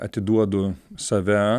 atiduodu save